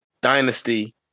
dynasty